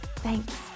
Thanks